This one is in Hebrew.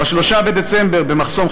ב-27 בנובמבר,